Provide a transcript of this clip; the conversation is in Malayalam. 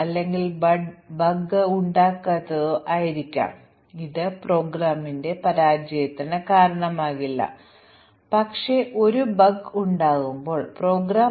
ഇപ്പോൾ പ്രോഗ്രാമിൽ ഞങ്ങൾ അവതരിപ്പിക്കുന്ന സാധാരണ തരം മ്യൂട്ടന്റുകൾ എന്തൊക്കെയാണെന്ന് നമുക്ക് നോക്കാം